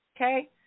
okay